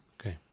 Okay